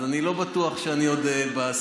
אז אני לא בטוח שאני עוד בסיטואציה,